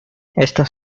estas